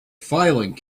filing